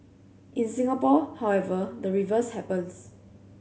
in Singapore however the reverse happens